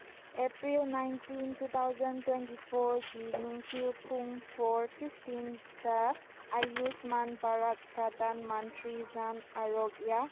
April nineteen two thousand twenty ꯐꯣꯔꯒꯤ ꯅꯨꯡꯊꯤꯜ ꯄꯨꯡ ꯐꯣꯔ ꯐꯤꯐꯇꯤꯟꯇ ꯑꯌꯨꯁꯃꯥꯟ ꯚꯥꯔꯠ ꯄ꯭ꯔꯗꯥꯟ ꯃꯟꯇ꯭ꯔꯤ ꯖꯥꯟ ꯑꯔꯣꯒ꯭ꯌꯥ